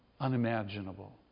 Unimaginable